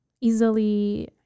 easily